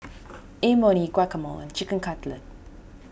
Imoni Guacamole Chicken Cutlet